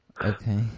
okay